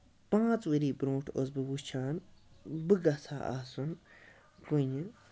پانٛژھ ؤری برۄنٹھ اوسُس بہٕ وُچھان بہٕ گژھ ہا آسُن کُنہِ